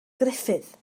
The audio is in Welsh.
gruffudd